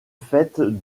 fête